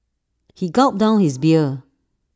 he gulped down his beer